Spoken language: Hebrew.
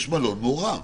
יש מלון מעורב.